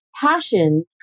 passion